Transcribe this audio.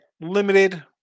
limited